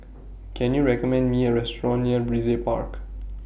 Can YOU recommend Me A Restaurant near Brizay Park